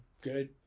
good